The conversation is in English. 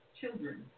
Children